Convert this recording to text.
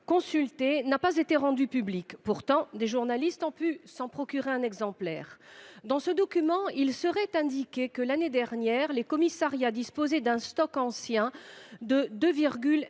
n’a pas été rendu public. Pourtant, des journalistes ont pu s’en procurer un exemplaire… Dans ce document, il serait indiqué que, l’année dernière, les commissariats avaient à leur charge un stock ancien de 2,7